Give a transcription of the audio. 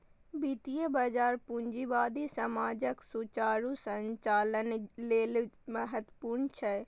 वित्तीय बाजार पूंजीवादी समाजक सुचारू संचालन लेल महत्वपूर्ण छै